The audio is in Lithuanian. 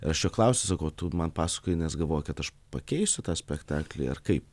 aš jo klausiu sakau tu man paskoji nes galvoji kad aš pakeisiu tą spektaklį ar kaip